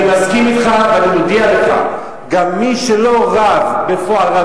אני מסכים אתך ואני מודיע לך: גם מי שלא רב בפועל,